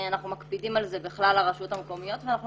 אנחנו מקפידים על כך בכלל הרשויות המקומיות ואנחנו